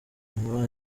nyuma